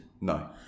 No